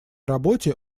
работе